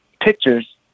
pictures